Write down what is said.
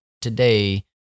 today